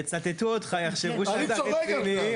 יצטטו אותך, יחשבו שאתה רציני.